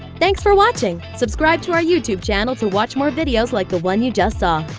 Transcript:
thanks for watching! subscribe to our youtube channel to watch more videos like the one you just saw.